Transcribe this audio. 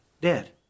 dead